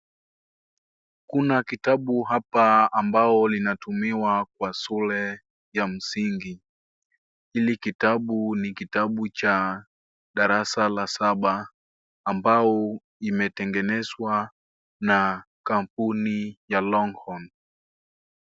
Kuna kitabu hapa ambayo inatumiwa kwa shule ya msingi. Hili kitabu ni la darasa la saba ambao imetengenezwa na kampuni ya Longhorn.